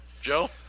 Joe